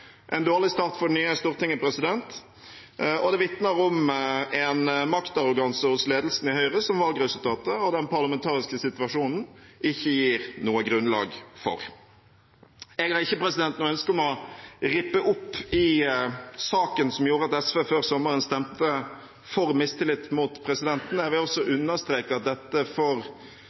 en dårlig start for det nye stortinget, og det vitner om en maktarroganse hos ledelsen i Høyre som valgresultatet og den parlamentariske situasjonen ikke gir noe grunnlag for. Jeg har ikke noe ønske om å rippe opp i saken som gjorde at SV før sommeren stemte for mistillit mot presidenten. Jeg vil også understreke at dette for